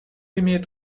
имеет